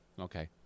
Okay